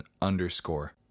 underscore